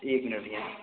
एक मिनट भैया